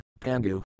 Pangu